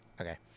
Okay